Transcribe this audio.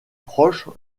proches